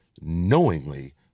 knowingly